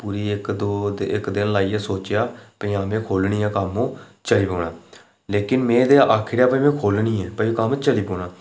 पूरी इक दौं दिन लाइयै सोचेआ कि भाई में खोह्लनी ऐ कम्म चली पौना पर में ते आक्खी ओड़ेआ कि में खोह्लनी ऐ की भाई कम्म चली पौना